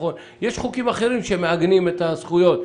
יש חוקים אחרים שמעגנים את הזכויות.